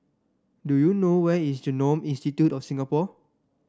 do you know where is Genome Institute of Singapore